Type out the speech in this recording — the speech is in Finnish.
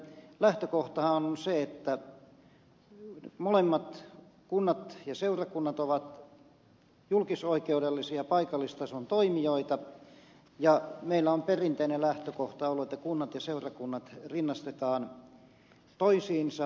lähtökohtahan on se että molemmat kunnat ja seurakunnat ovat julkisoikeudellisia paikallistason toimijoita ja meillä on perinteinen lähtökohta ollut että kunnat ja seurakunnat rinnastetaan toisiinsa